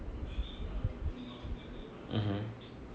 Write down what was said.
mmhmm